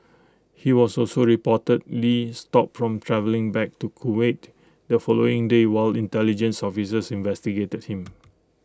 he was also reportedly stopped from travelling back to Kuwait the following day while intelligence officers investigated him